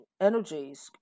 energies